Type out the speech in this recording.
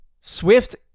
Swift